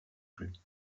plus